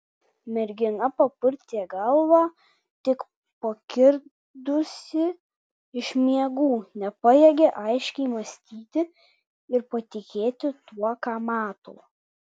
mergina papurtė galvą tik pakirdusi iš miegų nepajėgė aiškiai mąstyti ir patikėti tuo ką mato